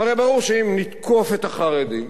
והרי ברור שאם נתקוף את החרדים,